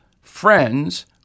friends